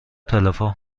تلفن